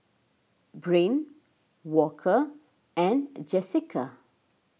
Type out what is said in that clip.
Brain Walker and Jessika